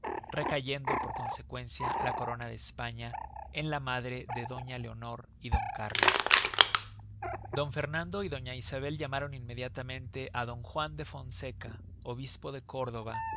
recayendo por consecuencia la corona de españa en la madre de doña leonor y d cárlos d fernando y doña isabel llamaron inmediatamente á don juan de fonseca obispo de córdoba